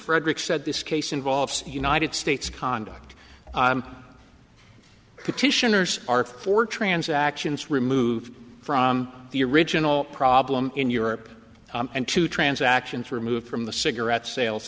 frederick said this case involves united states conduct petitioners are for transactions removed from the original problem in europe and two transactions removed from the cigarette sales